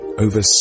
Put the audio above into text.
over